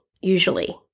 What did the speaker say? usually